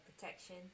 protection